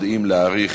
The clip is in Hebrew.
יודעים להעריך